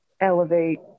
elevate